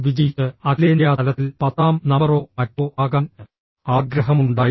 വിജയിച്ച് അഖിലേന്ത്യാ തലത്തിൽ പത്താം നമ്പറോ മറ്റോ ആകാൻ ആഗ്രഹമുണ്ടായിരുന്നു